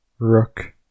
Rook